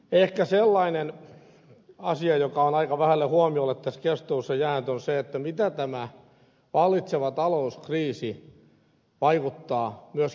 ehkä sellainen asia joka on aika vähälle huomiolle tässä keskustelussa jäänyt on se mitä tämä vallitseva talouskriisi vaikuttaa myöskin turvallisuuteen